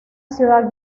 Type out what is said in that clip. ciudad